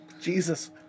Jesus